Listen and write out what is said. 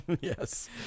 Yes